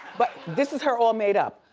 but this is her all made up,